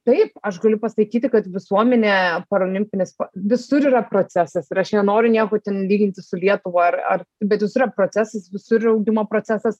taip aš galiu pasakyti kad visuomenėje parolimpinis visur yra procesas ir aš nenoriu nieko ten lyginti su lietuva ar ar bet visur yra procesas visur yra ugdymo procesas